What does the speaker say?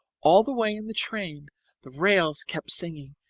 all the way in the train the rails kept singing,